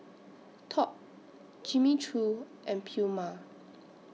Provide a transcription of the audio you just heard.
Top Jimmy Choo and Puma